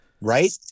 right